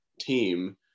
team